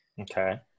Okay